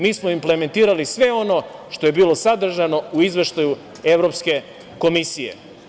Mi smo implementirali sve ono što je bilo sadržano u izveštaju Evropske komisije.